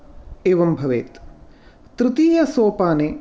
एवं भवेत् तृतीय सोपाने